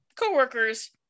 co-workers